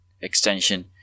extension